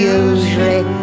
usually